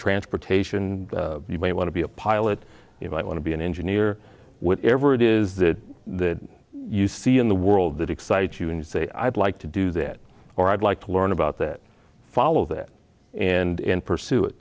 transportation you might want to be a pilot you might want to be an engineer whatever it is that you see in the world that excites you and say i'd like to do that or i'd like to learn about that follow that and pursue it